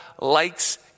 likes